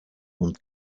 und